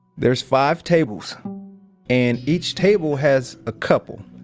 there's five tables and each table has a couple,